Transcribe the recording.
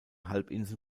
halbinsel